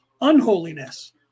unholiness